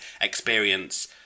experience